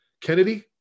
Kennedy